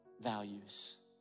values